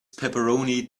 pepperoni